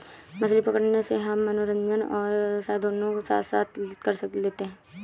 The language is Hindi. मछली पकड़ने से हम मनोरंजन और व्यवसाय दोनों साथ साथ कर लेते हैं